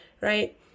right